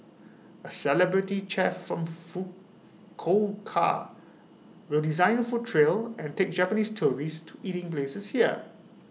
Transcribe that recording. A celebrity chef from Fukuoka will design A food trail and take Japanese tourists to eating places here